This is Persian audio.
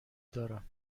دارم